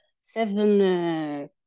seven